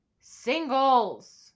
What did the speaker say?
singles